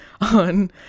on